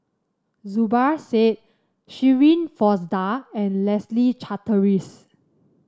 Zubir Said Shirin Fozdar and Leslie Charteris